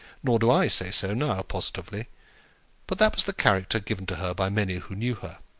nor do i say so now, positively but that was the character given to her by many who knew her.